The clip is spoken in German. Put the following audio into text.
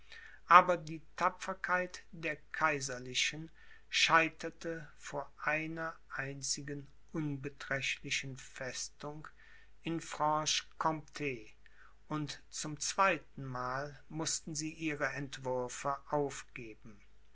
aber die tapferkeit der kaiserlichen scheiterte vor einer einzigen unbeträchtlichen festung in franche comt und zum zweiten mal mußten sie ihre entwürfe aufgeben